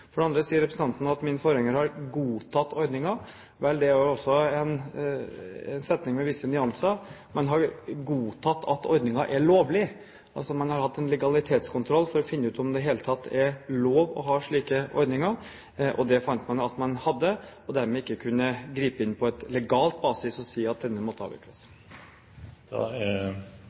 For det andre sier representanten at min forgjenger har godtatt ordningen. Vel, det er også en setning med visse nyanser. Man har godtatt at ordningen er lovlig – man har altså hatt en legalitetskontroll for å finne ut om det i det hele tatt er lov å ha slike ordninger. Det fant man at man hadde, og dermed kunne man ikke gripe inn på legal basis og si at den måtte avvikles.